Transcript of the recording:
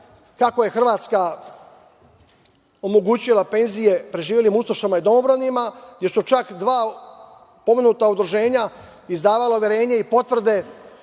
kako je Hrvatska omogućila penzije preživelim ustašama i domobranima, jer su čak dva pomenuta udruženja izdavala uverenje i potvrde